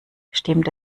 stimmt